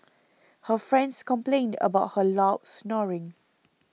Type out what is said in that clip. her friends complained about her loud snoring